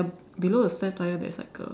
below the spare tyre there's like a